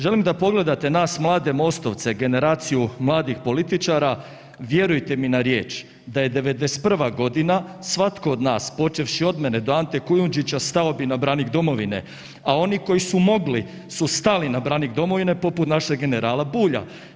Želim da pogledate nas mlade Mostovce, generaciju mladih političara, vjerujte mi na riječ da je '91. g. svatko od nas počevši od mene do Ante Kujundžića, stao bi na braniku domovine a oni koji su mogli su stali na braniku domovine poput našeg generala Bulja.